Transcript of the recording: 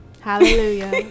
Hallelujah